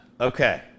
Okay